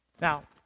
Now